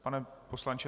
Pane poslanče?